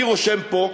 אני רושם פה,